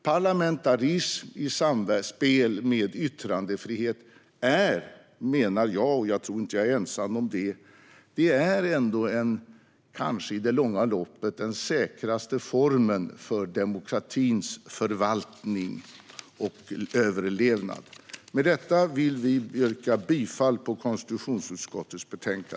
Jag menar - och jag tror inte att jag är ensam om det - att parlamentarism i samspel med yttrandefrihet i det långa loppet är den säkraste formen för demokratins förvaltning och överlevnad. Med detta vill vi yrka bifall till förslaget i konstitutionsutskottets betänkande.